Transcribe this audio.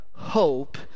Hope